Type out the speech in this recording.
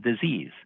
disease